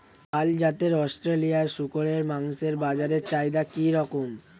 ভাল জাতের অস্ট্রেলিয়ান শূকরের মাংসের বাজার চাহিদা কি রকম?